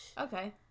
Okay